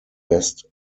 best